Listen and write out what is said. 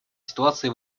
ситуации